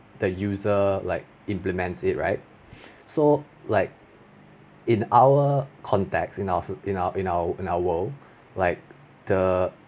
the user like implements it right so like in our context in our s~ in our in our in our world like the